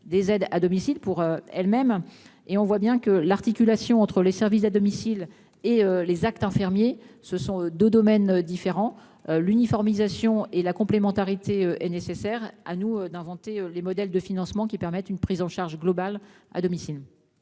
des aides à domicile. On voit bien que l'articulation entre les services à domicile et les actes infirmiers, deux domaines différents et complémentaires, est nécessaire. À nous d'inventer les modèles de financement qui permettent une prise en charge globale à domicile.